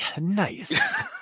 Nice